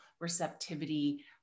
receptivity